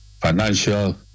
financial